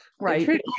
Right